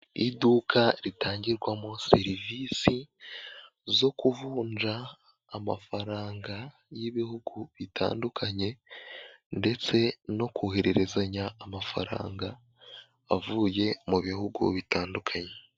Iduka ritangirwamo serivise zo kuvunja amafaranga y'ibihugu bitandukanye ndetse no kohererezanya amafaranga avuye mu bihugu bitandukanye.